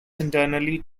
internally